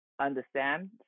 Understand